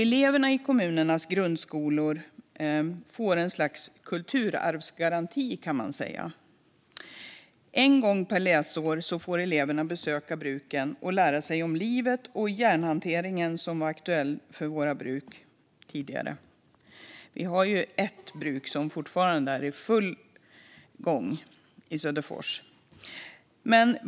Eleverna i kommunens grundskolor får ett slags kulturarvsgaranti, kan man säga. En gång per läsår får eleverna besöka bruken och lära sig om livet och den järnhantering som var aktuell för våra bruk tidigare. I Söderfors har vi ju fortfarande ett bruk som är i full gång.